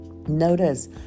Notice